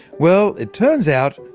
well, it turns out,